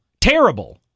terrible